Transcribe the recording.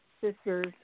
sisters